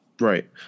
Right